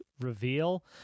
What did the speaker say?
reveal